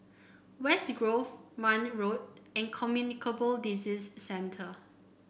West Grove Marne Road and Communicable Disease Centre